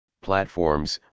platforms